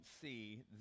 see